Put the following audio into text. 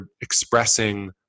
expressing